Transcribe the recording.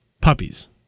puppies